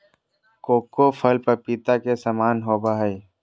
cocoa फल पपीता के समान होबय हइ